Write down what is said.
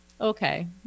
okay